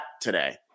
today